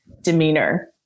demeanor